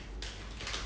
你看